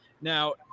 Now